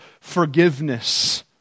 forgiveness